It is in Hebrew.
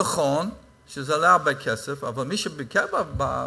נכון שזה עולה הרבה כסף, אבל מי שביקר שם,